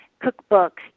cookbooks